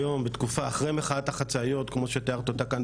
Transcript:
היום בתקופה אחרי מחאת החצאיות כמו שתיארת אותה כאן,